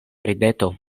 rideto